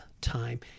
time